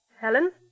Helen